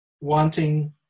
wanting